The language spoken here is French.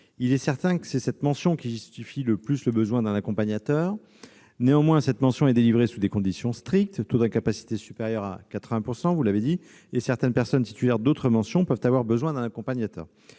Il est certain que c'est cette mention qui justifie le plus le recours à un accompagnateur. Néanmoins, celle-ci est délivrée sous des conditions strictes- le taux d'incapacité doit être supérieur à 80 %-, et certaines personnes titulaires d'autres mentions peuvent avoir besoin d'un accompagnateur.